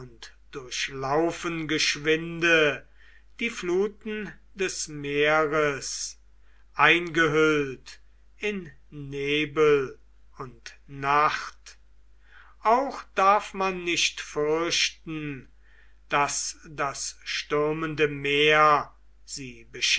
und durchlaufen geschwinde die fluten des meeres eingehüllt in nebel und nacht auch darf man nicht fürchten daß das stürmende meer sie